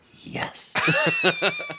yes